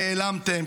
נעלמתם,